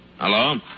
Hello